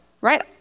Right